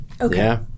Okay